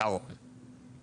פתרון